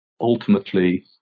ultimately